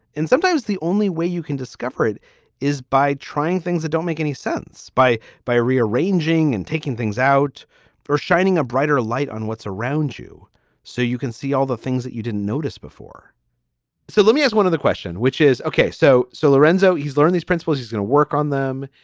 and sometimes the only way you can discover it is by trying things that don't make any sense. by by rearranging and taking things out or shining a brighter light on what's around you so you can see all the things that you didn't notice before so let me as one of the question, which is ok. so so lorenzo, he's learned these principles. he's going to work on them.